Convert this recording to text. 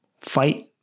fight